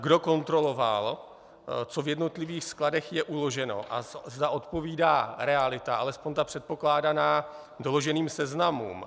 Kdo kontroloval, co je v jednotlivých skladech uloženo a zda odpovídá realita, alespoň ta předpokládaná, doloženým seznamům?